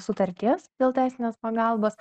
sutarties dėl teisinės pagalbos